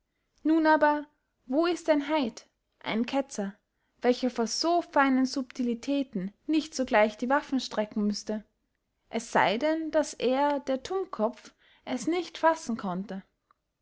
nun aber wo ist ein heid ein ketzer welcher vor so feinen subtilitäten nicht sogleich die waffen strecken müßte es sey denn daß er der tummkopf es nicht fassen konnte